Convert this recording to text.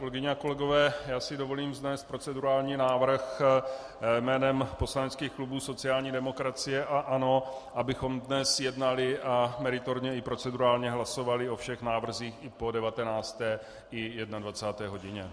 Kolegyně a kolegové, dovolím si vznést procedurální návrh jménem poslaneckých klubů sociální demokracie a ANO, abychom dnes jednali a meritorně i procedurálně hlasovali o všech návrzích i po 19. i 21. hodině.